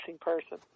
person